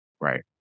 Right